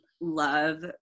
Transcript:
love